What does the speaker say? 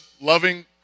loving